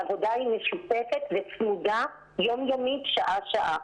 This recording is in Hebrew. העבודה משותפת וצמודה יומיומית שעה שעה.